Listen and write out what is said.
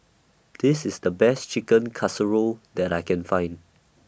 This IS The Best Chicken Casserole that I Can Find